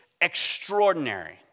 extraordinary